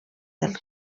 del